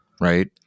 right